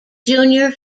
junior